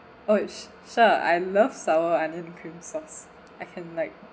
oh sure I love sour onion cream sauce I can like